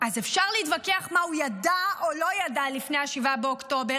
אז אפשר להתווכח מה הוא ידע או לא ידע לפני 7 באוקטובר,